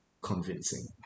convincing